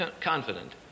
confident